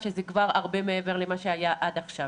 גם כדי לא להטעות,